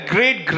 Great